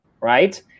right